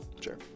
Sure